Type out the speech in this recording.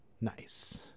nice